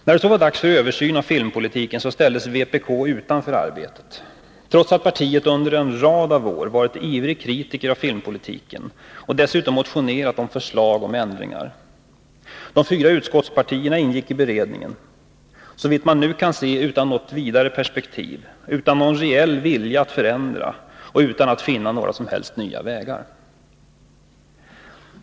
När det så var dags för en översyn av filmpolitiken ställdes vpk utanför arbetet, trots att partiet under en rad år varit en ivrig kritiker av filmpolitiken och dessutom motionerat med förslag om ändringar. De fyra utskottspartierna ingick i beredningen, såvitt man nu kan se utan något vidare perspektiv, utan någon reell vilja att förändra och utan att finna några som helst nya vägar.